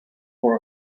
for